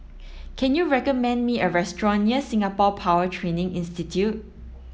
can you recommend me a restaurant near Singapore Power Training Institute